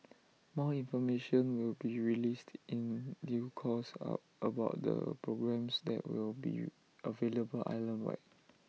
more information will be released in due course about the programmes that will be available island wide